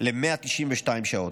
היום ל-192 שעות.